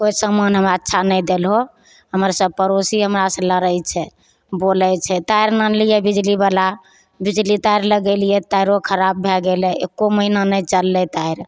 कोइ सामान हमरा अच्छा नहि देलहो हमर सब पड़ोसी हमरासँ लड़य छै बोलय छै तार लानलियै बिजलीवला बिजली तार लगेलियै तारो खराब भए गेलय एक्को महीना नहि चललै तार